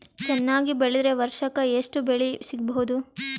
ಚೆನ್ನಾಗಿ ಬೆಳೆದ್ರೆ ವರ್ಷಕ ಎಷ್ಟು ಬೆಳೆ ಸಿಗಬಹುದು?